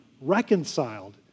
reconciled